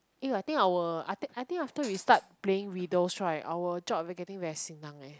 eh I think our I I think after we start playing riddles right our job will be getting very senang eh